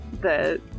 the-